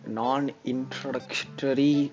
non-introductory